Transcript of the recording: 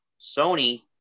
Sony